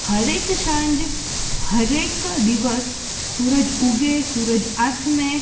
હર એક સાંજ હર એક દિવસ સૂરજ ઊગે સૂરજ આથમે